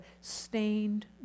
stained